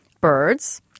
birds